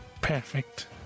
perfect